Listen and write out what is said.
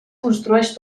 construeix